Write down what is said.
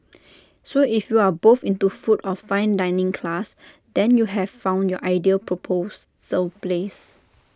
so if you are both into food of fine dining class then you have found your ideal proposal place